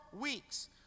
weeks